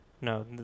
No